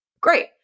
Great